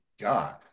God